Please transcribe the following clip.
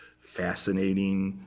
fascinating,